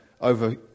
over